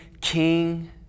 king